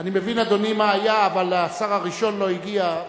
אני מבין, אדוני, מה היה, אבל השר הראשון לא הגיע.